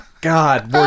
God